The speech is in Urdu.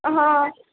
ہاں